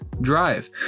drive